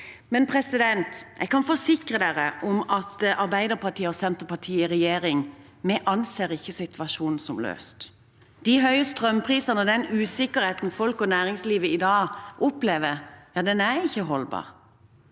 urettferdig. Jeg kan forsikre om at Arbeiderpartiet og Senterpartiet i regjering ikke anser situasjonen som løst. De høye strømprisene og den usikkerheten folk og næringsliv i dag opplever, er ikke holdbar.